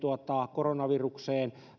koronavirukseen